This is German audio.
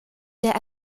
der